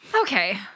Okay